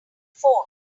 phone